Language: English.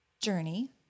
journey